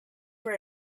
were